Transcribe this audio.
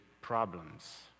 problems